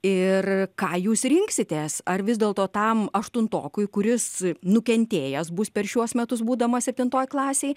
ir ką jūs rinksitės ar vis dėlto tam aštuntokui kuris nukentėjęs bus per šiuos metus būdamas septintoj klasėj